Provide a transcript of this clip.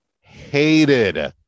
hated